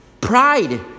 pride